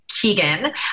Keegan